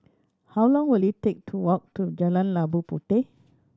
how long will it take to walk to Jalan Labu Puteh